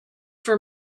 for